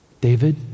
David